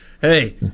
Hey